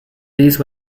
these